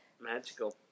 Magical